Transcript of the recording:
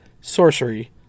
sorcery